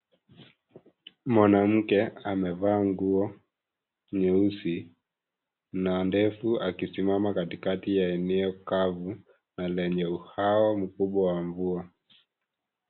Mwanamke amevaa nguo nyeusi na ndefu akisimama katikati ya eneo kavu na lenye uhaba mkubwa wa mvua.